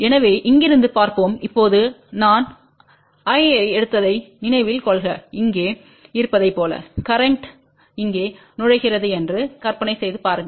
எனவே இங்கிருந்து பார்ப்போம் இப்போது நான்1ஐ எடுத்ததை நினைவில் கொள்க இங்கே இருப்பதைப் போல கரேன்ட் இங்கே நுழைகிறது என்று கற்பனை செய்து பாருங்கள்